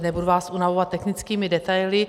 Nebudu vás unavovat technickými detaily.